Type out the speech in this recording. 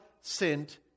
sent